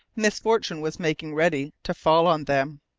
misfortune was making ready to fall on them.